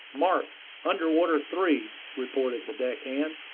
mark under water three, reported the deck-hand.